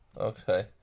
Okay